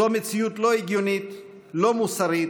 זו מציאות לא הגיונית, לא מוסרית,